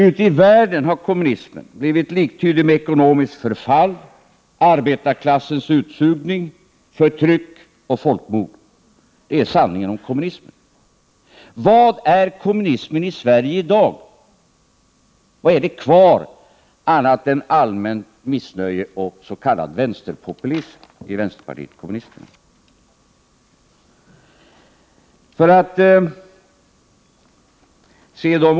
Ute i världen har kommunismen blivit liktydig med ekonomiskt förfall, arbetarklassens utsugning, förtryck och folkmord. Det är sanningen om kommunismen. Vad är kommunismen i Sverige i dag? Vad är kvar annat än allmänt missnöje och s.k. vänsterpopulism i vänsterpartiet kommunisterna?